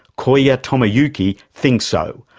koya tomoyuki, thinks so.